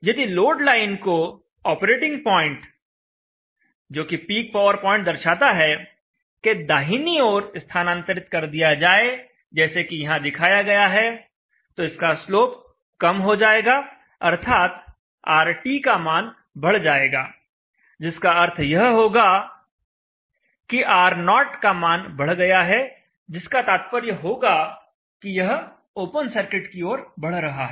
यदि load line को operating point जोकि पीक पावर पॉइंट दर्शाता है के दाहिनी ओर स्थानांतरित कर दिया जाए जैसे कि यहां दिखाया गया है तो इसका स्लोप कम हो जाएगा अर्थात RT का मान बढ़ जाएगा जिसका अर्थ यह होगा कि R0 का मान बढ़ गया है जिसका तात्पर्य होगा कि यह ओपन सर्किट की ओर बढ़ रहा है